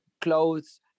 clothes